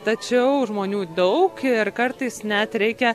tačiau žmonių daug ir kartais net reikia